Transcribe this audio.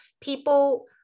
people